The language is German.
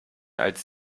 als